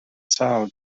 sâl